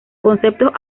conceptos